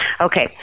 Okay